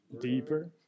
Deeper